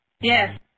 Yes